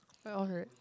where was it